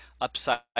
Upside